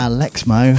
Alexmo